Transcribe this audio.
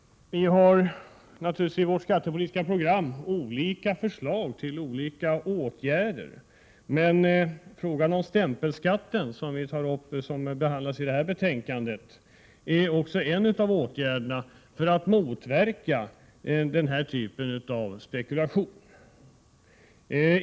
Vi har naturligtvis i vårt skattepolitiska program olika förslag till varierande åtgärder. Stämpelskatten, som behandlas i detta betänkande, är en av åtgärderna för att motverka den här typen av spekulation.